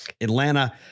Atlanta